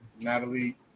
Natalie